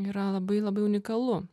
yra labai labai unikalu